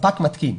הספק מתקין.